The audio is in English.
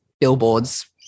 billboards